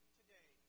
today